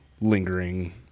lingering